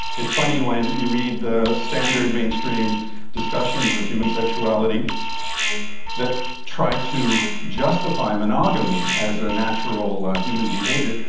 it's funny, when you read the standard mainstream discussions of human sexuality that try to justify monogamy as a natural ah human behaviour,